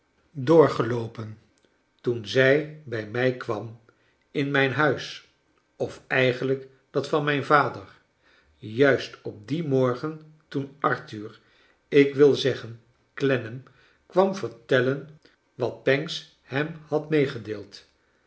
doorgeloopen toen zij bij mij kwam in mijn huis of eigenlijk dat van mijn vader j ui s t op dien morgen t oen arthur ik wil zeggen clennam kwam vertellen wat pancks hem had meegedeeld